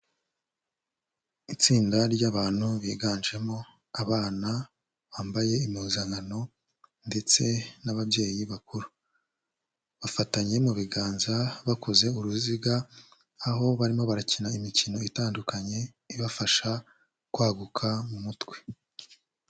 Itsinda ry'abantu biganjemo abana bambaye impuzankano ndetse n'ababyeyi bakuru. Bafatanye mu biganza bakoze uruziga, aho barimo barakina imikino itandukanye ibafasha kwaguka mu mutwe.